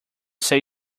say